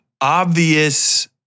obvious